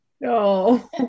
no